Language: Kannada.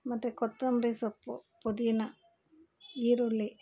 ಮತ್ತು ಕೊತ್ತಂಬರಿ ಸೊಪ್ಪು ಪುದೀನ ಈರುಳ್ಳಿ